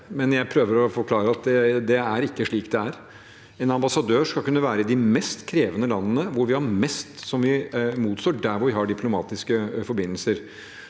men jeg prøver å forklare at det ikke er slik det er. En ambassadør skal kunne være i de mest krevende landene, hvor vi har mest som vi står mot, der vi har diplomatiske forbindelser.